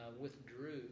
withdrew